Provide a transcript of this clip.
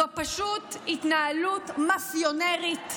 זו פשוט התנהלות מאפיונרית.